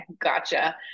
Gotcha